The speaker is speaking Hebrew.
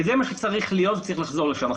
זה מה שצריך להיות וצריך לחזור לשם.